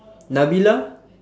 nabilah